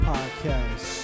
Podcast